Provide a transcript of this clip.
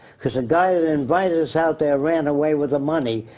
cause the guy that invited us out there ran away with the money.